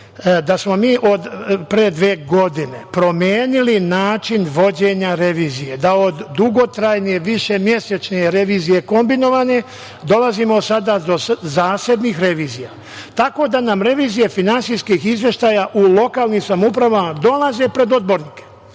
Mi smo od pre dve godine promenili način vođenja revizije, da od dugotrajne višemesečne revizije kombinovane dolazimo sada do zasebnih revizija tako da nam revizije finansijskih izveštaja u lokalnim samoupravama dolaze pred odbornike,